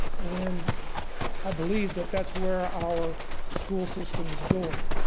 and i believe that that's where our school system is going.